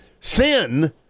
sin